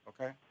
Okay